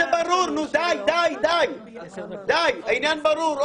העניין ברור.